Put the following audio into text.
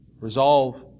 resolve